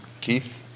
Keith